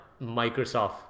microsoft